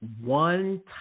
one